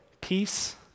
peace